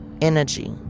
energy